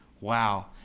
Wow